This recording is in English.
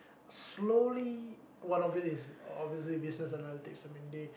slowly one of it is obviously business analytics I mean they